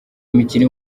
imikino